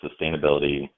sustainability